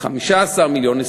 15 מיליון,